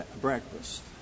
breakfast